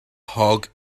hog